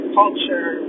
culture